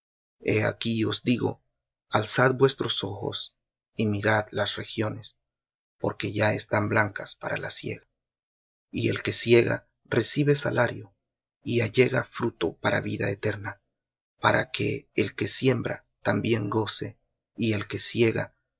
aquí os digo alzad vuestros ojos y mirad las regiones porque ya están blancas para la siega y el que siega recibe salario y allega fruto para vida eterna para que el que siembra también goce y el que siega